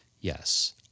Yes